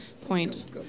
point